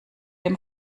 dem